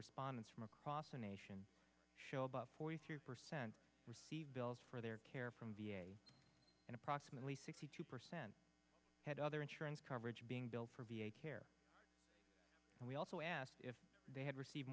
respondents from across the nation show about forty three percent received bills for their care from v a and approximately sixty two percent had other insurance coverage being billed for v a care and we also asked if they had received